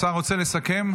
השר רוצה לסכם?